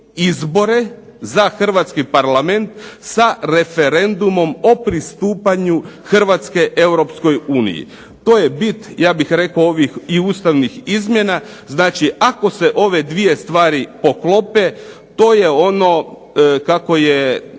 za hrvatski Parlament, sa referendumom o pristupanju Hrvatske Europskoj uniji. To je bit ja bih rekao ovih i Ustavnih izmjena. Znači ako se ove dvije stvari poklope, to je ono kako je